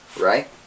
Right